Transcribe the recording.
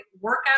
workout